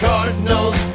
Cardinals